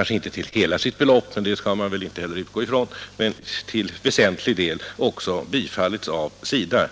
— om inte till hela de begärda beloppen, men det skall man väl inte heller utgå ifrån, så i varje fall till väsentlig del.